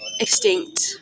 extinct